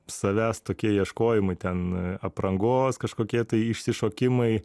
savęs tokie ieškojimai ten aprangos kažkokie tai išsišokimai